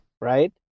right